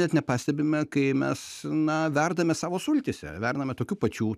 net nepastebime kai mes na verdame savo sultyse verdame tokių pačių